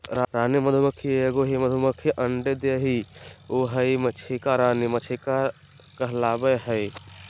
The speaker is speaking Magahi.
रानी मधुमक्खी एगो ही मधुमक्खी अंडे देहइ उहइ मक्षिका रानी मक्षिका कहलाबैय हइ